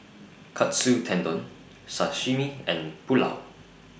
Katsu Tendon Sashimi and Pulao